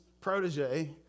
protege